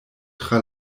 tra